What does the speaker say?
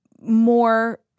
more